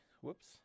Whoops